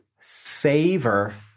Savor